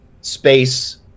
space